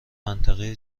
منطقه